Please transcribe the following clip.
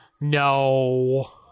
No